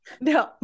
no